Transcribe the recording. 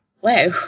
Wow